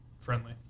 friendly